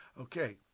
Okay